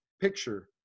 picture